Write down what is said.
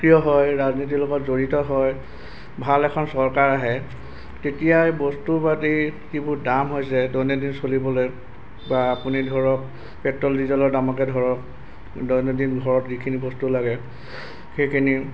সক্ৰিয় হয় ৰাজনীতিৰ লগত জড়িত হয় ভাল এখন চৰকাৰ আহে তেতিয়াই বস্তুপাতি যিবোৰ দাম হৈছে দৈনন্দিন চলিবলৈ বা আপুনি ধৰক পেট্ৰল ডিজেলৰ দামকে ধৰক দৈনন্দিন ঘৰত যিখিনি বস্তু লাগে সেইখিনি